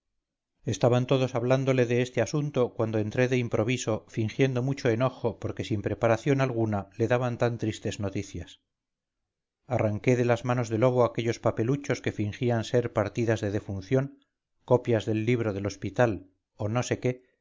estaban todos hablándole de este asunto cuando entré de improviso fingiendo mucho enojo porque sin preparación alguna le daban tan tristes noticias arranqué de las manos de lobo aquellos papeluchos que fingían ser partidas de defunción copias del libro del hospital o no séqué